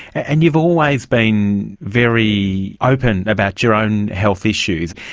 and you've always been very open about your own health issues.